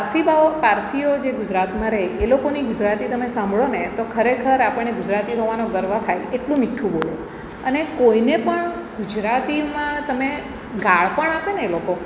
પારસીઓ જે ગુજરાતમાં રહે એ લોકોની ગુજરાતી તમે સાંભળોને તો ખરેખર આપણને ગુજરાતી હોવાને ગર્વ થાય એટલું મીઠું બોલે અને કોઈને પણ ગુજરાતીમાં તમે ગાળ પણ આપેને એ લોકો